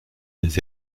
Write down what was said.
des